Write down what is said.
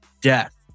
death